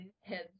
heads